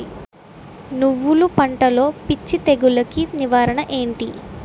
నువ్వులు పంటలో పిచ్చి తెగులకి నివారణ ఏంటి?